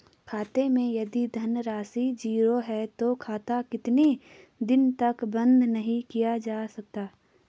खाते मैं यदि धन राशि ज़ीरो है तो खाता कितने दिन तक बंद नहीं किया जा सकता?